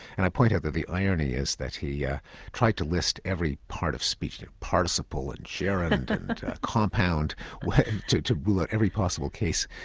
and i point out that the irony is that he ah tried to list every part of speech, the participle, the and gerund and compound to to rule out every possible case,